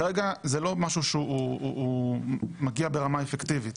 כרגע זה לא משהו שמגיע ברמה אפקטיבית